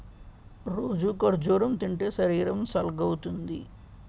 రోజూ ఖర్జూరం తింటే శరీరం సల్గవుతుంది